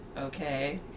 okay